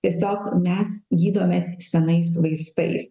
tiesiog mes gydome senais vaistais